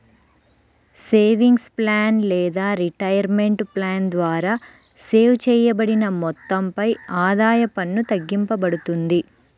savings plan లేదా retirement plan ద్వారా save చేయబడిన మొత్తంపై ఆదాయ పన్ను తగ్గింపబడుతుంది